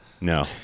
No